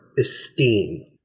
esteem